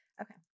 Okay